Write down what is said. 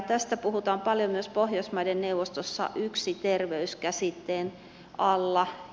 tästä puhutaan paljon myös pohjoismaiden neuvostossa yksi terveys käsitteen alla